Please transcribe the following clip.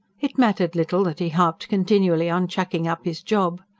it mattered little that he harped continually on chucking up his job.